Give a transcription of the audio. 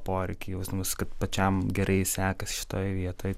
poreikį jausdamas kad pačiam gerai sekasi šitoj vietoj